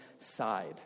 side